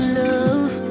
love